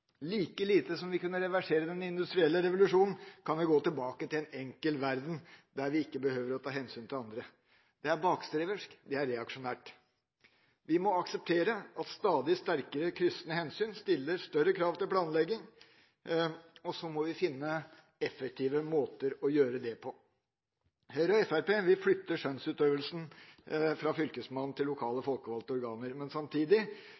Like lite som vi kan reversere den industrielle revolusjonen, kan vi gå tilbake til en verden der vi ikke behøver å ta hensyn til andre. Det er bakstreversk, det er reaksjonært. Vi må akseptere at stadig sterkere kryssende hensyn stiller større krav til planlegging, og så må vi finne effektive måter å gjøre dette på. Høyre og Fremskrittspartiet vil flytte skjønnsutøvelsen fra Fylkesmannen til lokale folkevalgte organer, men